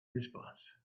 response